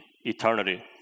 eternity